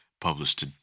published